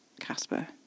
Casper